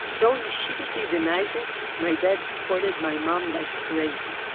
though he sheepishly denies it, my dad courted my mom like crazy.